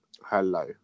Hello